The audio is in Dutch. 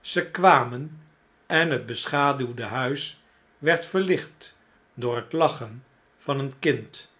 ze kwamen en het beschaduwde huis werd verlicht door het lachen van een kind